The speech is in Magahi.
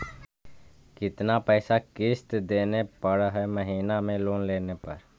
कितना पैसा किस्त देने पड़ है महीना में लोन लेने पर?